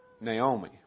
Naomi